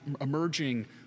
emerging